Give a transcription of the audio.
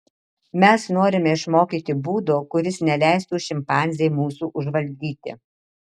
mes norime išmokyti būdo kuris neleistų šimpanzei mūsų užvaldyti